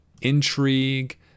intrigue